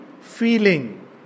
feeling